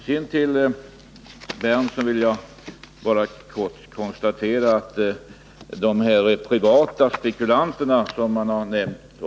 Till Nils Berndtson vill jag bara helt kort säga att de privata spekulanterna som han nämnde...